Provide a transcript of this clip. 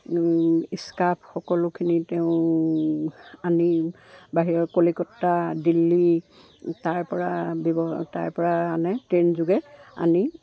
scarf সকলোখিনি তেওঁ আনি বাহিৰৰ কলিকতা দিল্লী তাৰ পৰা ব্যৱ তাৰ পৰা আনে ট্ৰেইন যোগে আনি